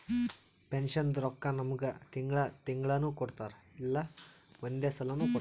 ಪೆನ್ಷನ್ದು ರೊಕ್ಕಾ ನಮ್ಮುಗ್ ತಿಂಗಳಾ ತಿಂಗಳನೂ ಕೊಡ್ತಾರ್ ಇಲ್ಲಾ ಒಂದೇ ಸಲಾನೂ ಕೊಡ್ತಾರ್